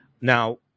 Now